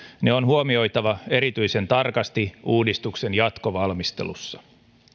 ne on huomioitava erityisen tarkasti uudistuksen jatkovalmistelussa